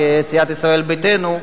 כסיעת ישראל ביתנו,